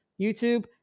YouTube